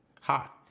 hot